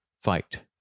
fight